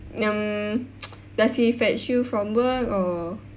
mm does he fetch you from work or